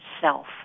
self